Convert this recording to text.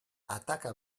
ataka